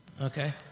okay